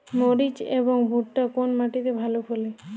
মরিচ এবং ভুট্টা কোন মাটি তে ভালো ফলে?